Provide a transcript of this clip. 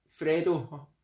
Fredo